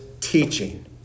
teaching